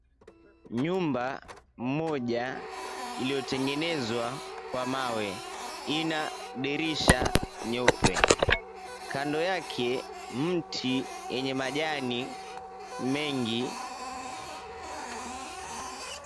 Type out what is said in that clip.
nyumba moja iliyotengenezwa kwa mawe ina dirisha nyeupe, kando yake mti yenye majani mengi.